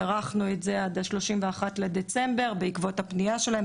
הארכנו את זה עד ה31 בדצמבר בעקבות הפנייה שלהם.